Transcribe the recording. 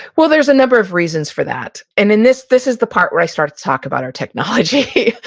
well, there's a number of reasons for that. and then this this is the part where i start to talk about our technology.